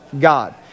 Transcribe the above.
God